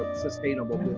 sustainable